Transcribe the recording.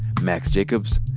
max jacobs,